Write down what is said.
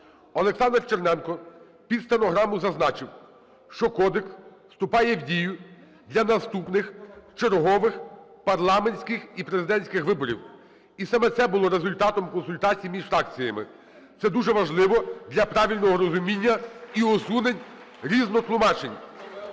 Олександр Черненко під стенограму зазначив, що кодекс вступає в дію для наступних чергових парламентських і президентських виборів. І саме це було результатом консультацій між фракціями. Це дуже важливо для правильного розуміння і усунень різнотлумачень.